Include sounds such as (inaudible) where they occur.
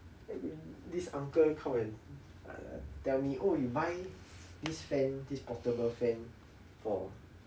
(noise) this uncle come and err tell me oh you buy this fan this portable fan for